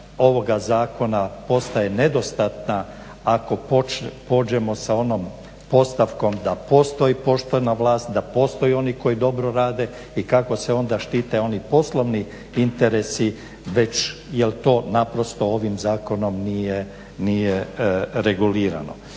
ovoga zakona postaje nedostatna ako pođemo sa onom postavkom da postoji poštena vlast, da postoji oni koji dobro rade i kako se onda štite oni poslovni interesi već jel to naprosto ovim zakonom nije regulirano.